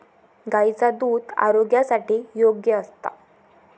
गायीचा दुध आरोग्यासाठी योग्य असता